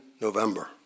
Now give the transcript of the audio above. November